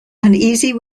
uneasy